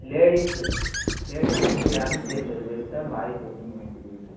ladies ladies வந்து இரநூத்து எண்பது பேர் சார் பாய்ஸ் வந்து மூந்நூற்றி இருபது பேரு